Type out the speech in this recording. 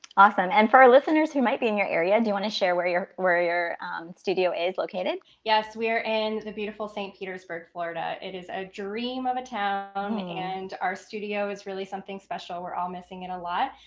awesome. and for our listeners who might be in your area. and do you want to share where your where your studio is located? yes, we are in the beautiful st. petersburg, florida. it is a dream of a town um and our studio is really something special. we're all missing it a lot.